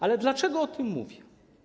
Ale dlaczego o tym mówię?